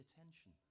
attention